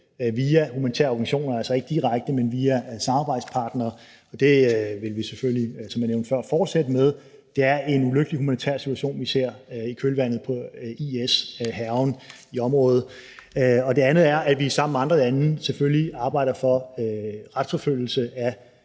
via humanitære organisationer, altså ikke direkte, men via samarbejdspartnere. Det vil vi selvfølgelig, som jeg nævnte før, fortsætte med. Det er en ulykkelig humanitær situation, vi ser i kølvandet på IS' hærgen i området. Det andet er, at vi sammen med andre lande selvfølgelig arbejder for retsforfølgelse af